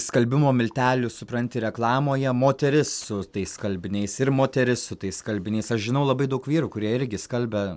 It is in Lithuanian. skalbimo miltelių supranti reklamoje moteris su tais skalbiniais ir moteris su tais skalbiniais aš žinau labai daug vyrų kurie irgi skalbia